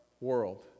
world